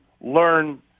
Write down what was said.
learn